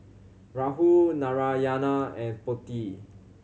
Rahul Narayana and Potti